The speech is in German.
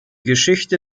geschichte